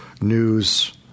news